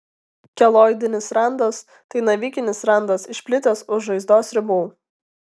keloidinis randas tai navikinis randas išplitęs už žaizdos ribų